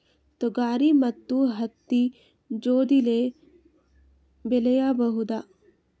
ತೊಗರಿ ಮತ್ತು ಹತ್ತಿ ಜೋಡಿಲೇ ಬೆಳೆಯಬಹುದಾ?